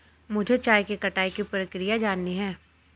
मुझे चाय की कटाई की प्रक्रिया जाननी है